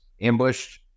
ambushed